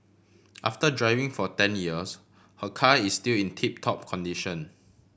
after driving for ten years her car is still in tip top condition